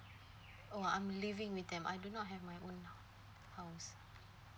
oh I'm living with them I do not have my own h~ house